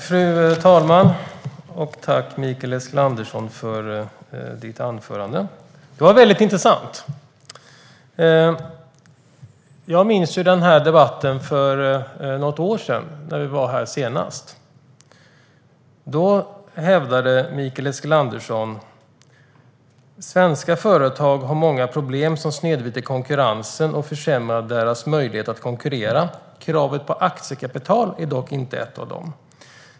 Fru talman! Tack, Mikael Eskilandersson, för ditt anförande. Det var intressant. Jag minns debatten som hölls för något år sedan. Då hävdade Mikael Eskilandersson följande: "Svenska företag har många problem som snedvrider konkurrensen och försämrar deras möjligheter att konkurrera. Kravet på aktiekapital är dock inte ett av dem.